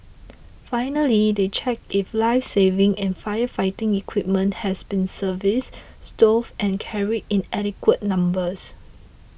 finally they check if lifesaving and firefighting equipment has been serviced stowed and carried in adequate numbers